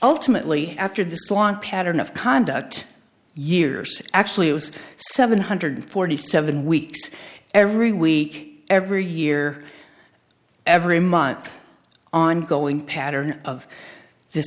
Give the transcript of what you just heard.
ultimately after this one pattern of conduct years actually was seven hundred forty seven weeks every week every year every month ongoing pattern of this